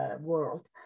world